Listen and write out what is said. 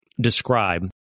describe